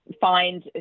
find